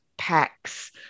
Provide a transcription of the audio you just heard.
packs